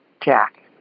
Jack